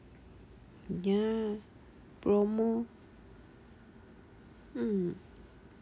ya promo mm